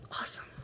Awesome